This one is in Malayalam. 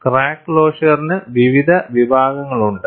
ക്രാക്ക് ക്ലോഷറിന് വിവിധ വിഭാഗങ്ങളുണ്ട്